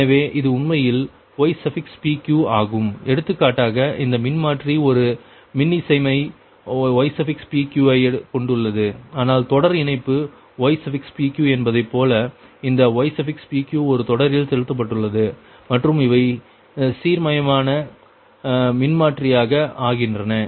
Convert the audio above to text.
எனவே இது உண்மையில் ypq ஆகும் எடுத்துக்காட்டாக இந்த மின்மாற்றி ஒரு மின்னிசைமை ypq ஐ கொண்டுள்ளது ஆனால் தொடர் இணைப்பு ypq என்பதைப்போல இந்த ypq ஒரு தொடரில் செலுத்தப்பட்டுள்ளது மற்றும் இவை சீர்மையான மின்மாற்றியாக ஆகின்றன